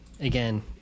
again